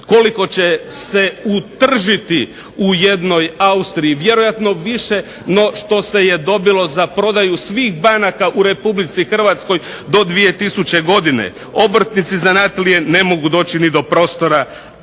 koliko će se utržiti u jednoj Austriji. Vjerojatno više no što se je dobilo za prodaju svih banaka u Republici Hrvatskoj do 2000. godine. Obrtnici zanatlije ne mogu doći ni do prostora.